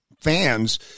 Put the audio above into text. fans